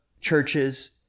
churches